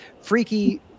freaky